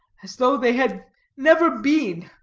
as though they had never been.